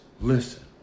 listen